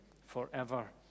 forever